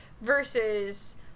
versus